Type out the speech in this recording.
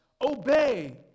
obey